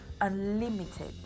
unlimited